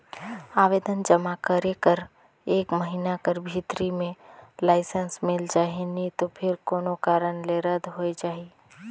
आवेदन जमा करे कर एक महिना कर भीतरी में लाइसेंस मिल जाही नी तो फेर कोनो कारन ले रद होए जाही